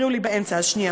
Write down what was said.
הפריעו לי באמצע, אז שנייה.